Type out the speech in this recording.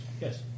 Yes